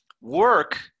Work